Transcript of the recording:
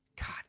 God